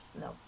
No